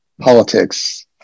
politics